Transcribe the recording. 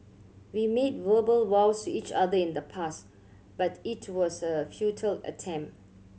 we made verbal vows each other in the past but it was a futile attempt